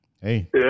hey